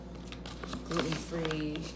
gluten-free